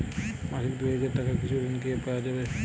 মাসিক দুই হাজার টাকার কিছু ঋণ কি পাওয়া যাবে?